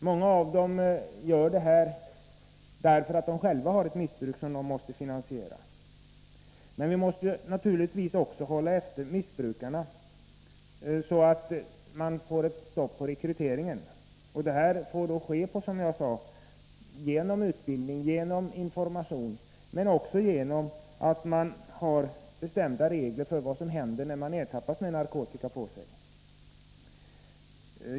Många av dem ägnar sig åt den här verksamheten därför att de måste finansiera sitt eget missbruk. Vi måste naturligtvis också hålla efter missbrukarna, så att man får stopp på rekryteringen. Det får då ske, som jag nyss sade, genom utbildning och information men också genom bestämda regler för vad som händer när man ertappas med narkotika på sig.